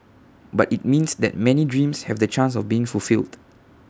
but IT means that many dreams have the chance of being fulfilled